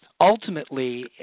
Ultimately